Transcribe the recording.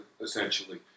essentially